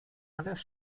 alles